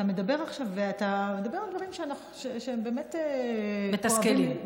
אתה אומר עכשיו דברים שהם באמת כואבים, מתסכלים.